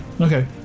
Okay